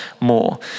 more